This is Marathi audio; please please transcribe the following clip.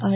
आय